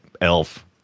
Elf